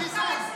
הצבעה?